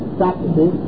practices